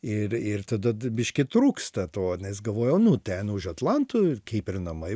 ir ir tada biškį trūksta to nes galvojau nu ten už atlanto kaip ir namai